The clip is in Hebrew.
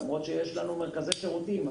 למרות שיש לנו מרכזי שירותים.